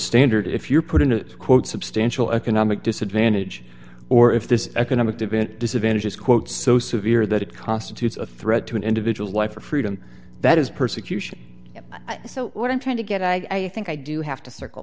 standard if you're put in to quote substantial economic disadvantage or if this economic debate disadvantage is quote so severe that it constitutes a threat to an individual's life or freedom that is persecution so what i'm trying to get i think i do have to circle